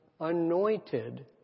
anointed